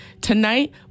Tonight